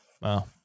Wow